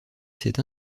cette